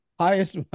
Highest